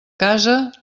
casa